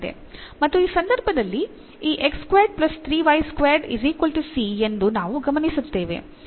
ಮತ್ತು ಈ ಸಂದರ್ಭದಲ್ಲಿ ಈ ಎಂದು ನಾವು ಗಮನಿಸುತ್ತೇವೆ